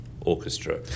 orchestra